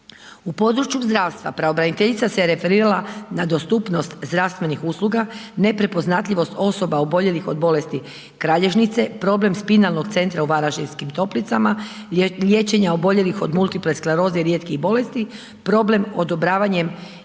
U području zdravstva, pravobraniteljica se referirala na dostupnost zdravstvenih usluga, neprepoznatljivost osoba oboljelih od bolesti kralježnice, problem spinalnih centra u Varaždinskih toplica, liječenje oboljelih od multipleskleroze i rijetkih bolesti, problem odobravanjem